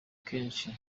kenshi